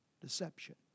deception